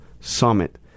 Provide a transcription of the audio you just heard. summit